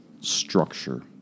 structure